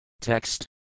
Text